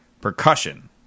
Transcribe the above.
percussion